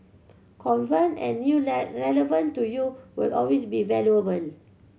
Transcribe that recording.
and new relevant to you will always be valuable